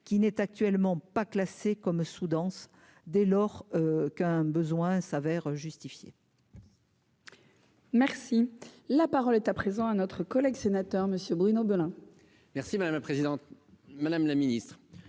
qui n'est actuellement pas classé comme sous-dense dès lors qu'un besoin s'avère justifiée. Merci, la parole est à présent à notre collègue sénateur monsieur Bruno Belin merci madame la présidente. Madame la Ministre,